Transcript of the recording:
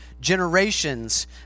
generations